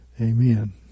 Amen